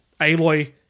aloy